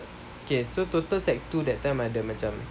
okay so total sec two that time ada macam